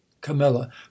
camilla